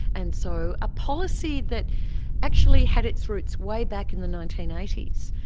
and so a policy that actually had its roots way back in the nineteen eighty s.